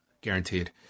Guaranteed